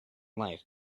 life